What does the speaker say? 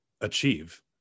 achieve